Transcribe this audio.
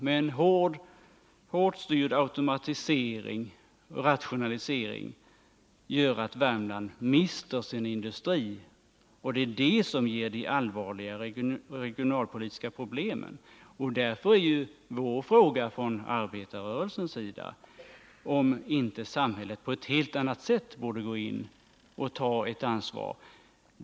Med en hårt styrd automatisering och rationalisering mister Värmland sin industri, och det är det som gör att de regionalpolitiska problemen blir så allvarliga. Därför frågar vi oss från arbetarrörelsens sida om inte samhället på ett helt annat sätt borde gå in och ta sitt ansvar här.